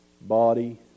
body